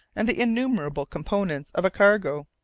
and the innumerable components of a cargo.